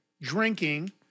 drinking